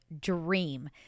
dream